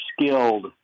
skilled